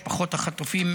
משפחות החטופים,